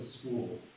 school